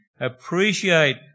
Appreciate